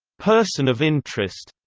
person of interest